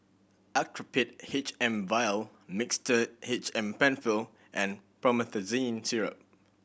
Actrapid H M Vial Mixtard H M Penfill and Promethazine Syrup